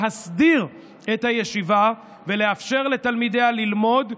להסדיר את הישיבה ולאפשר לתלמידיה ללמוד,